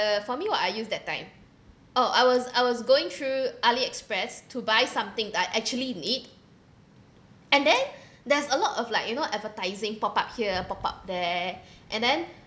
uh for me what I use that time oh I was I was going through AliExpress to buy something I actually need and then there's a lot of like you know advertising pop up here pop up there and then